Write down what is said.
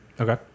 Okay